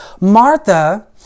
Martha